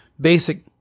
basic